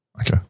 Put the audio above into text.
Okay